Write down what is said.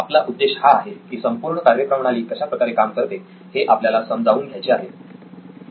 आपला उद्देश हा आहे की संपूर्ण कार्यप्रणाली कशा प्रकारे काम करते हे आपल्याला समजावून घ्यायचे आहे